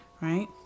right